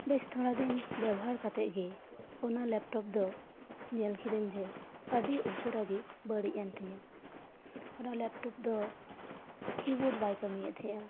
ᱵᱮᱥᱛᱷᱚᱲᱟ ᱫᱤᱱ ᱯᱟᱨᱚᱢ ᱠᱟᱛᱮᱜ ᱜᱤ ᱚᱱᱟ ᱞᱮᱯᱴᱚᱯ ᱫᱚ ᱧᱮᱞ ᱠᱤᱫᱟᱹᱧ ᱡᱮ ᱟᱹᱰᱤ ᱩᱥᱟᱹᱨᱟ ᱜᱤ ᱵᱟᱹᱲᱤᱡ ᱮᱱᱛᱤᱧᱟᱹ ᱚᱱᱟ ᱞᱮᱯᱴᱚᱯ ᱫᱚ ᱠᱤᱵᱳᱰ ᱵᱟᱭ ᱠᱟᱹᱢᱤᱭᱮᱫ ᱛᱟᱦᱮᱸᱼᱟ